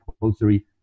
compulsory